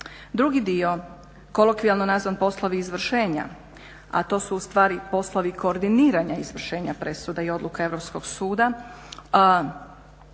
Drugi dio kolokvijalno nazvan "Poslovi izvršenja", a to su ustvari poslovi koordiniranja izvršenja presuda i odluka Europskog suda,